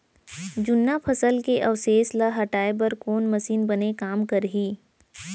जुन्ना फसल के अवशेष ला हटाए बर कोन मशीन बने काम करही?